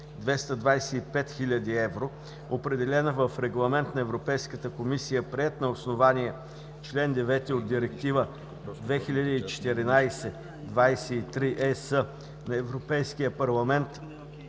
225 000 евро, определена с Регламент на Европейската комисия, приет на основание чл. 9 от Директива 2014/23/ЕС на Европейския парламент